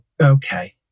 Okay